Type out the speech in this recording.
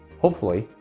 hopefully,